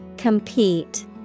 Compete